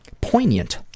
poignant